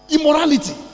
immorality